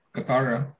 Katara